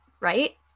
right